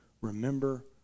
remember